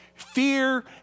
fear